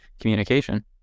communication